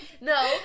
no